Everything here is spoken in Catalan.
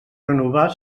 renovar